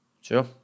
Sure